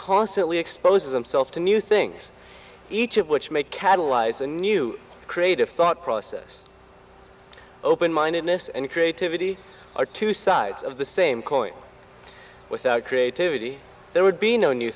constantly exposes himself to new things each of which may catalyze a new creative thought process open mindedness and creativity are two sides of the same coin without creativity there would be no new